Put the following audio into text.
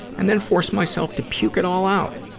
and then force myself to puke it all out.